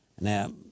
now